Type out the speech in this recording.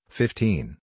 fifteen